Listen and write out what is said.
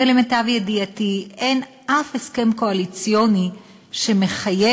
ולמיטב ידיעתי אין אף הסכם קואליציוני שמחייב